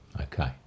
Okay